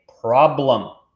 problem